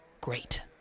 Great